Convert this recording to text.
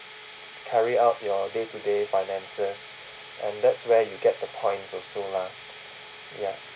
carry out your day to day finances and that's where you get the points also lah ya